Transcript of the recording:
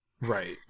right